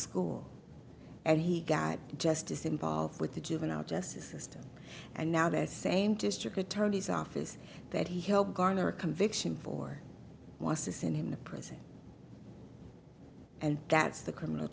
school and he got justice involved with the juvenile justice system and now the same district attorney's office that he helped garner a conviction for was to send him the prison and that's the criminal